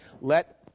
let